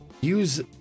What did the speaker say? use